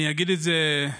אני אגיד שבעיניי